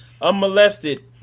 unmolested